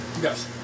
Yes